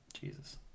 Jesus